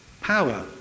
power